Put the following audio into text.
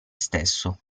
stesso